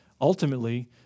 ultimately